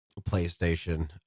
playstation